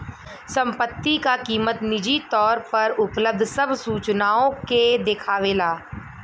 संपत्ति क कीमत निजी तौर पर उपलब्ध सब सूचनाओं के देखावला